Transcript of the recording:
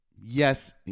yes